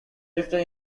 drifted